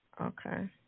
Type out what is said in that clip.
Okay